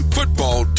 Football